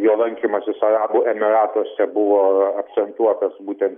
jo lankymasis arabų emyratuose buvo akcentuotas būten